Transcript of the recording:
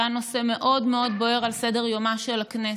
שהייתה נושא מאוד מאוד בוער על סדר-יומה של הכנסת,